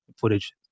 footage